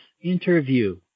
interview